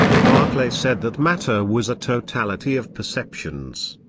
berkeley said that matter was a totality of perceptions.